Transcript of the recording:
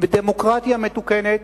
ודמוקרטיה מתוקנת,